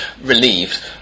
relieved